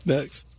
Next